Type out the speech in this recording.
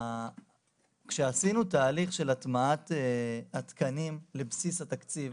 כשעשינו תהליך של הטמעת התקנים לבסיס התקציב,